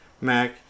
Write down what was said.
Mac